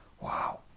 wow